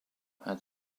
had